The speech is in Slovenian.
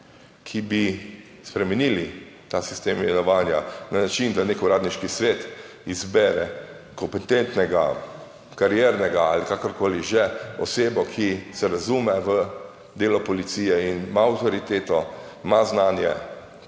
ki bi spremenili ta sistem imenovanja na način, da neki uradniški svet izbere kompetentnega kariernega ali kakorkoli že, osebo, ki se razume v delo policije in ima avtoriteto, ima znanje